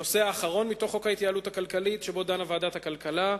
הנושא האחרון מתוך חוק ההתייעלות הכלכלית שבו דנה ועדת הכלכלה,